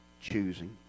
choosing